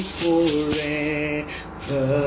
forever